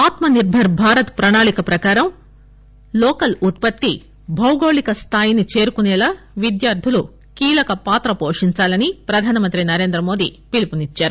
ఆత్మ నిర్బర్ భారత్ ప్రణాళిక ప్రకారం లోకల్ ఉత్పత్తి భాగోళిక స్టాయిని చేరుకునేలా విద్యార్థులు కీలకపాత్ర పోషించాలని ప్రధానమంత్రి నరేంద్రమోదీ పిలుపు నిచ్చారు